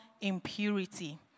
impurity